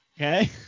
okay